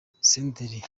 senderi